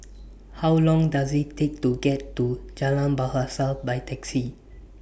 How Long Does IT Take to get to Jalan Bahasa By Taxi